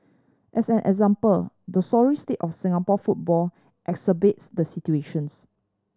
as an example the sorry state of Singapore football exacerbates the situations